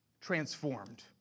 transformed